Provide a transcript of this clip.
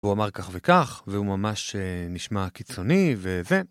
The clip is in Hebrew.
הוא אמר כך וכך, והוא ממש נשמע קיצוני וזה.